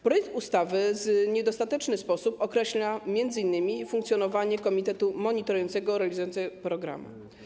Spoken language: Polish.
Projekt ustawy w niedostateczny sposób określa m.in. funkcjonowanie komitetu monitorującego, realizującego program.